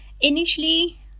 Initially